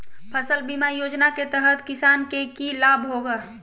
फसल बीमा योजना के तहत किसान के की लाभ होगा?